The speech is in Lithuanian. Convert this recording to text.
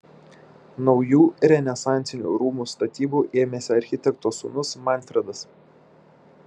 naujų renesansinių rūmų statybų ėmėsi architekto sūnus manfredas